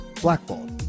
Blackball